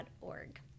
org